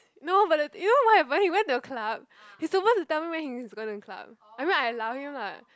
no but the you know what happen he went to a club he's suppose to tell me when he's gonna club I mean I allow him lah